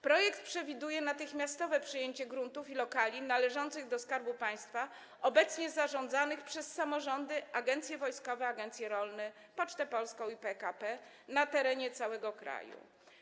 Projekt przewiduje natychmiastowe przejęcie gruntów i lokali należących do Skarbu Państwa, obecnie zarządzanych przez samorządy, agencje wojskowe, agencje rolne, Pocztę Polską i PKP, na terenie całego kraju.